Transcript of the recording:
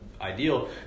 ideal